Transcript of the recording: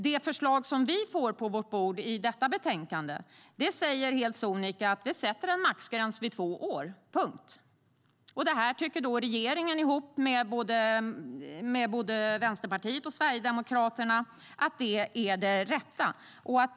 Det förslag som vi får på vårt bord i detta betänkande säger helt sonika att man sätter en maxgräns vid två år - punkt. Det tycker regeringen ihop med både Vänsterpartiet och Sverigedemokraterna är det rätta.